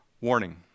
warning